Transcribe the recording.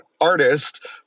artist